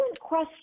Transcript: question